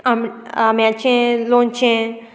आम आंब्याचें लोणचें